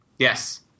Yes